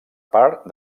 part